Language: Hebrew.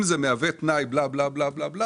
אם זה מהווה תנאי בלה בלה בלה בלה,